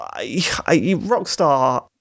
Rockstar